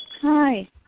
Hi